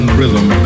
rhythm